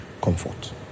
comfort